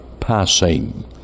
passing